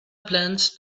plans